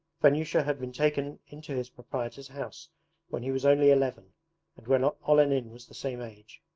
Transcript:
vanyusha had been taken into his proprietor's house when he was only eleven and when olenin was the same age.